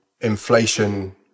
inflation